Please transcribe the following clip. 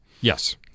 Yes